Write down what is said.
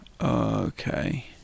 Okay